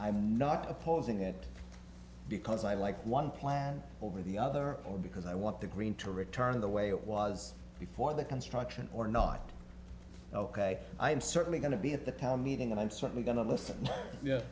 i'm not opposing that because i like one plan over the other because i want the green to return to the way it was before the construction or not ok i'm certainly going to be at the town meeting and i'm certainly going to listen